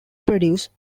produce